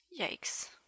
Yikes